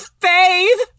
faith